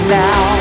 now